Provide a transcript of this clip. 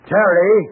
Terry